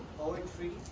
poetry